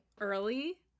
early